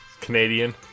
Canadian